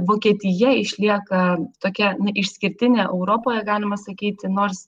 vokietija išlieka tokia išskirtinė europoje galima sakyti nors